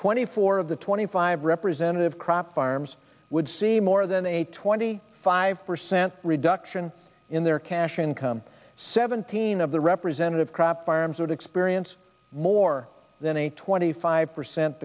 twenty four of the twenty five representative crop farms would see more than a twenty five percent reduction in their cash income seventeen of the representative crop farms would experience more than a twenty five percent